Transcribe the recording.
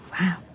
wow